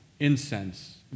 Incense